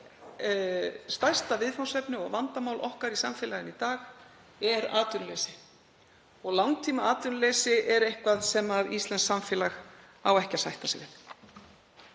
að stærsta viðfangsefni og vandamál okkar í samfélaginu í dag er atvinnuleysi. Langtímaatvinnuleysi er eitthvað sem íslenskt samfélag á ekki að sætta sig við.